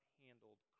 handled